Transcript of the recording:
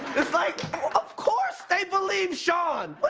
it's like of course they believe sean but